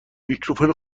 میکروفون